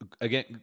again